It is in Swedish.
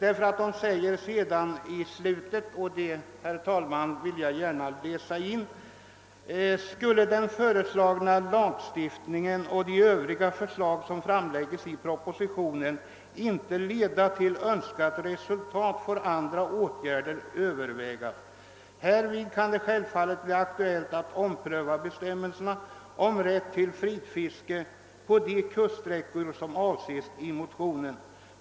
Jag vill dock gärna, herr talman, till protokollet läsa in vad utskottet skriver mot slutet av sitt utlåtande: »Skulle den föreslagna lagstiftningen och de övriga förslag som framläggs i propositionen inte leda till önskat resultat får andra åtgärder övervägas. Härvid kan det självfallet bli aktuellt att ompröva bestämmelserna om rätt till frifiske på de kuststräckor som avses i motionerna.